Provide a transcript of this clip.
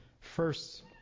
first